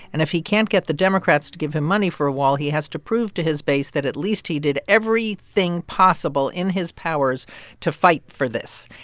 and if he can't get the democrats to give him money for a while, he has to prove to his base that, at least, he did everything possible in his powers to fight for this.